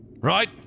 Right